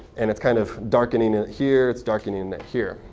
and it's kind of darkening it here. it's darkening it here.